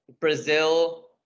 Brazil